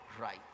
right